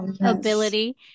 ability